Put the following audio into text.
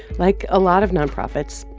like a lot of nonprofits,